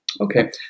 Okay